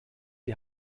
die